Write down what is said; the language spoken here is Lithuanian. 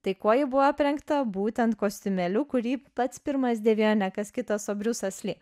tai kuo ji buvo aprengta būtent kostiumėliu kurį pats pirmas dėvėjo ne kas kitas o briusas li